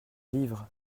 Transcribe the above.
livre